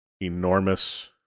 enormous